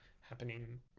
happening